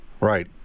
Right